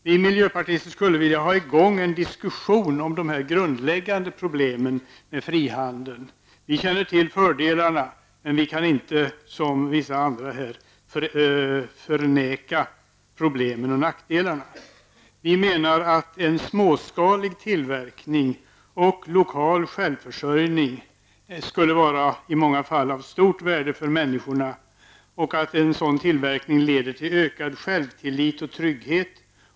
Vi miljöpartiser skulle vilja ha i gång en diskussion om de grundläggande problemen med frihandel. Vi känner till fördelarna, men vi kan inte som vissa andra här förneka problemen och nackdelarna. Vi menar att småskalig tillverkning och lokal självförsörjning skulle vara i många fall av stort värde för människorna. En sådan tillverkning leder till ökad självtillit och trygghet.